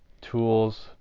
tools